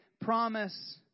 promise